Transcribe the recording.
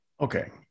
Okay